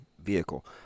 vehicle